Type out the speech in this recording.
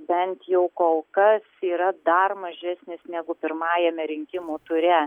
bent jau kol kas yra dar mažesnis negu pirmajame rinkimų ture